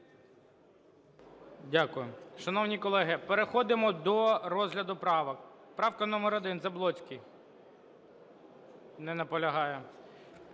Дякую. Шановні колеги, переходимо до розгляду правок. Правка номер 1, Заблоцький. Не наполягає.